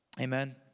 Amen